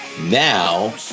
Now